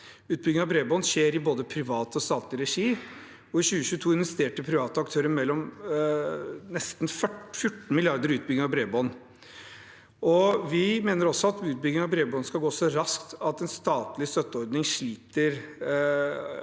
Utbygging av bredbånd skjer i både privat og statlig regi. I 2022 investerte private aktører nesten 14 mrd. kr i utbygging av bredbånd. Vi mener også at utbygging av bredbånd skal gå så raskt at en statlig støtteordning sliter